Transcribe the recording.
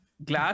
Glass